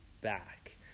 back